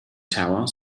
tower